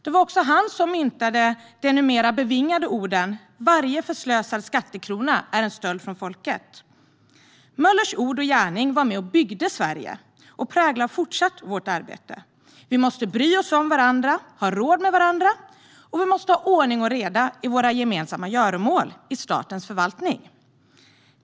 Det var också han som myntade de numera bevingade orden "Varje förslösad skattekrona är en stöld från folket". Möllers ord och gärning var med och byggde Sverige och präglar fortsatt vårt arbete. Vi måste bry oss om varandra och ha råd med varandra. Vi måste ha ordning och reda i våra gemensamma göromål i statens förvaltning.